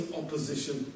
opposition